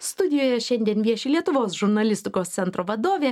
studijoje šiandien vieši lietuvos žurnalistikos centro vadovė